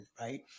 right